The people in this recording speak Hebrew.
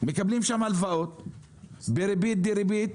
הם מקבלים שם הלוואות בריבית דריבית,